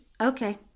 Okay